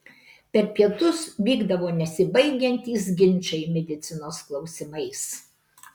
per pietus vykdavo nesibaigiantys ginčai medicinos klausimais